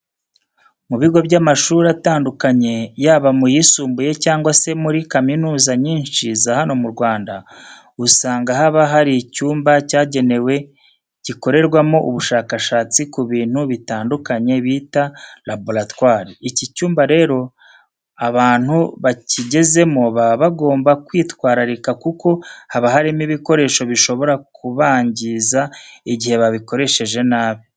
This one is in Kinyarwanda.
Mu bigo by'amashuri atandukanye yaba mu yisumbuye cyangwa se muri kaminuza nyinshi za hano mu Rwanda, usanga haba hari icyumba cyagenwe gikorerwamo ubushakashatsi ku bintu bitandukanye bita laboratwari. Iki cyumba rero abantu bakigezemo baba bagomba kwitwararika kuko haba harimo ibikoresho bishobora kubangiza igihe babikoresheje nabi.